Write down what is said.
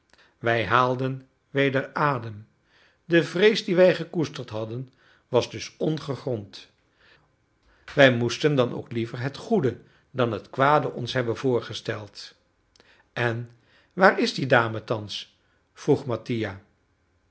wij haalden weder adem de vrees die wij gekoesterd hadden was dus ongegrond wij moesten dan ook liever het goede dan het kwade ons hebben voorgesteld en waar is die dame thans vroeg mattia